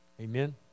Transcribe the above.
Amen